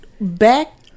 back